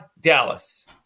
Dallas